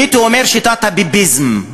הייתי אומר שיטת הביביזם.